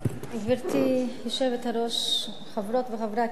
גברתי היושבת-ראש, חברות וחברי הכנסת,